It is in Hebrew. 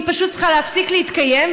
היא פשוט צריכה להפסיק להתקיים,